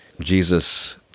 Jesus